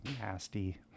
nasty